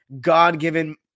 God-given